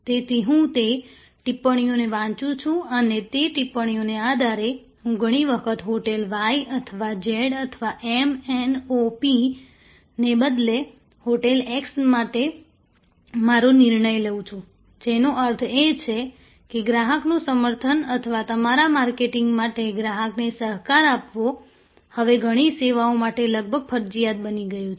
તેથી હું તે ટિપ્પણીઓ વાંચું છું અને તે ટિપ્પણીઓના આધારે હું ઘણી વખત હોટેલ y અથવા z અથવા m n o p ને બદલે હોટેલ x માટે મારો નિર્ણય લઉં છું જેનો અર્થ છે કે ગ્રાહકનું સમર્થન અથવા તમારા માર્કેટિંગ માટે ગ્રાહકને સહકાર આપવો હવે ઘણી સેવાઓ માટે લગભગ ફરજિયાત બની ગયું છે